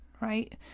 right